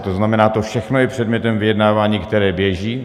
To znamená, to všechno je předmětem vyjednávání, které běží.